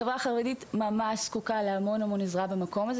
החברה החרדית זקוקה להרבה עזרה במקום הזה